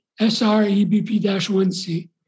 SREBP-1c